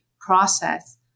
process